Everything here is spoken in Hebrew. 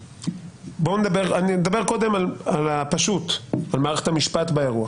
אני אדבר קודם על הפשוט, על מערכת המשפט באירוע.